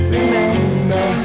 Remember